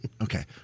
Okay